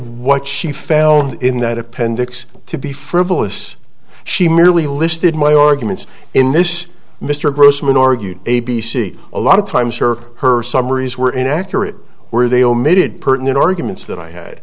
what she found in that appendix to be frivolous she merely listed my arguments in this mr grossman argued a b c a lot of times her her summaries were inaccurate were they omitted pertinent arguments that i had